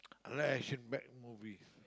I like action bad movies